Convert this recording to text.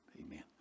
Amen